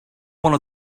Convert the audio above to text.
wanna